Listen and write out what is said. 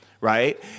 right